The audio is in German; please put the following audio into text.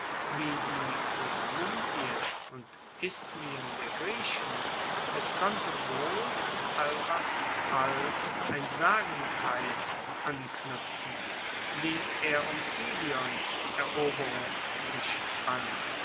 wie die olympien und isthmien der griechen es konnte wohl an albas fall ein sagenkreis anknuepfen wie er um ilions eroberung sich spann